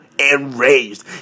enraged